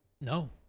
No